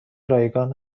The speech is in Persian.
رایگان